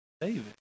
David